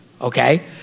okay